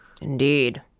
Indeed